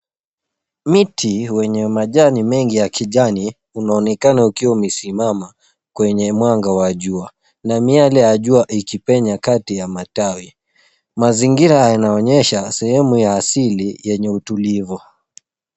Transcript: Miti wenye majani mengi ya kijani unaonekana ukiwa umesimama kwenye mwanga wa jua na miale ya jua ikipenya kati ya matawi. Mazingira yanaonyesha sehemu ya asili yenye utulivu.